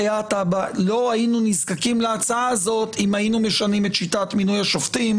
לא היינו נזקקים להצעה הזאת אם היינו משנים את שיטת מינוי השופטים.